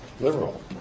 liberal